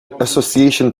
association